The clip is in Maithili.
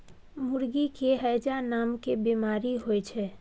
मुर्गी के हैजा नामके बेमारी होइ छै